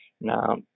Now